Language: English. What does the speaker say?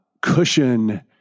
cushion